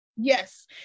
Yes